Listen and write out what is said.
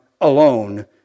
alone